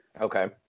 Okay